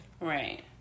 Right